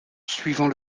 suivant